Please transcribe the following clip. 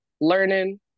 learning